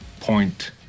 point